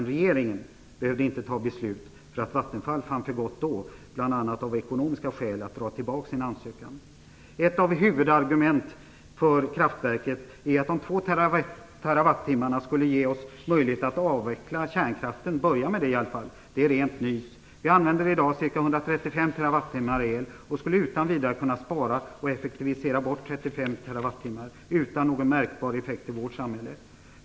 Regeringen behövde inte fatta beslut därför att Vattenfall av bl.a. ekonomiska skäl fann för gott att dra tillbaks sin ansökan. Ett av huvudargumenten för kraftverket är att de 2 terawattimmarna skulle ge oss möjlighet att börja avveckla kärnkraften. Det är rent nys. Vi använder i dag ca 135 terawattimmar el och skulle utan vidare kunna spara och effektivisera bort 35 terawattimmar utan någon märkbar effekt i vårt samhälle.